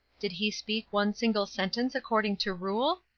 did he speak one single sentence according to rule?